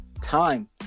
time